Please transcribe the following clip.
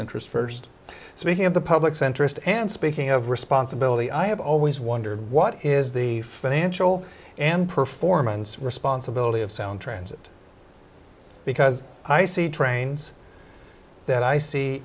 interest first speaking of the public's interest and speaking of responsibility i have always wondered what is the financial and performance responsibility of sound transit because i see trains that i